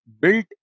built